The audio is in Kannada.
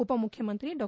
ಉಪಮುಖ್ಯಮಂತ್ರಿ ಡಾ